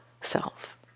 self